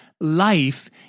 life